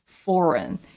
Foreign